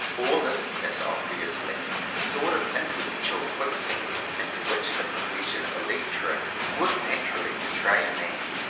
all this is obviously the sort of intellectual quicksand into which the pro fession of a lecturer would naturally betray a man.